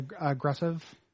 aggressive